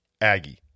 Aggie